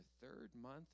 third-month